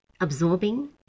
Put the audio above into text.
absorbing